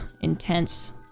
intense